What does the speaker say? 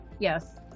yes